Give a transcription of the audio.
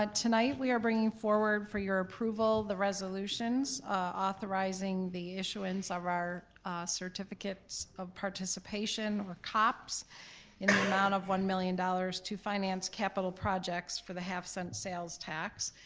but tonight we are bringing forward for your approval the resolutions authorizing the issuance of our certificates of participation or cops in the amount of one million dollars to finance capital projects for the half cent sales tax.